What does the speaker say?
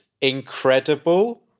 incredible